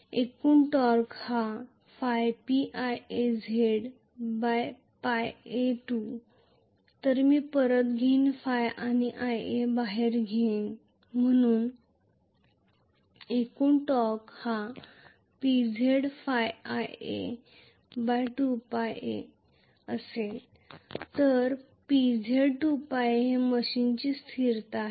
एकूण torque P Ia a Z 2 तर मी परत घेईन ϕ आणि Ia बाहेर घेईन म्हणून एकूण torque P Ia a Z 2 PZ 2a Ia तर PZ 2πa मशीनची स्थिरता आहे